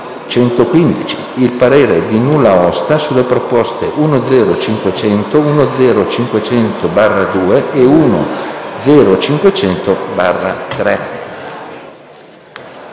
1.0.115. Il parere è di nulla osta sulle proposte 1.0.500, 1.0.500/2 e 1.0.500/3».